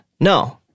No